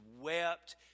wept